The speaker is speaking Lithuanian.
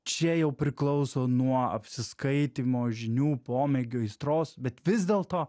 čia jau priklauso nuo apsiskaitymo žinių pomėgių aistros bet vis dėlto